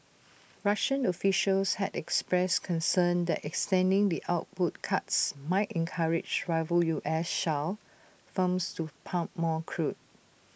Russian officials had expressed concern that extending the output cuts might encourage rival U S shale firms to pump more crude